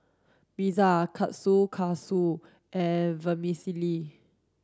pizza Kushikatsu and Vermicelli